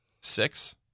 Six